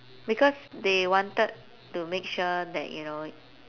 because they wanted to make sure that you know